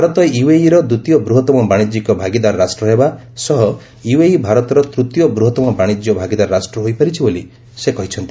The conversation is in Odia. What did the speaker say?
ଭାରତ ୟୁଏଇର ଦ୍ୱିତୀୟ ବୃହତ୍ତମ ବାଶିଜ୍ୟିକ ଭାଗିଦାର ରାଷ୍ଟ୍ର ହେବା ସହ ୟୁଏଇଭାରତର ତୂତୀୟ ବୃହତ୍ତମ ବାଶିଜ୍ୟ ଭାଗିଦାର ରାଷ୍ଟ୍ର ହୋଇପାରିଛି ବୋଲି ସେ କହିଛନ୍ତି